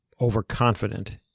overconfident